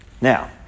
Now